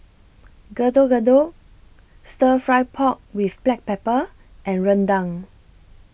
Getuk Getuk Stir Fried Pork with Black Pepper and Rendang